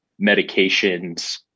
medications